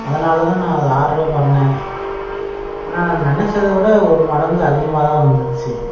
அதனால தான் நான் அதை ஆர்டரே பண்ணினேன் ஆனால் நினச்சத விட ஒரு மடங்கு அதிகமாக தான் வந்துச்சு